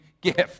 gift